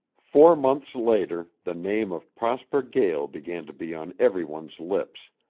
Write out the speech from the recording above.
four months later the name of prosper gael began to be on every one's lips,